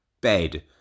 bed